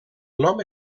nom